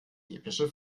epische